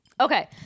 Okay